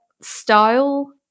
style